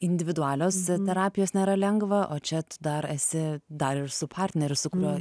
individualios terapijos nėra lengva o čia tu dar esi dar ir su partneriu su kuriuo